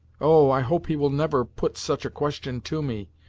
oh! i hope he will never put such a question to me,